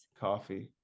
coffee